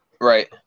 Right